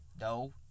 No